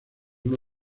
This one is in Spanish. uno